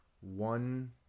One